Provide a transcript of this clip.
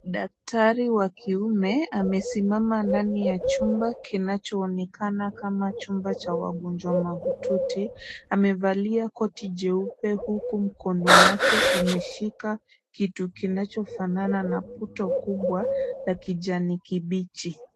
Daktari wa kiume amesimama ndani ya chumba kinachoonekana kama chumba cha wagonjwa mahututi. Amevalia koti jeupe huku mkono wake umeshika kitu kinachofanana na puto kubwa la kijani kibichi.